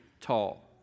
tall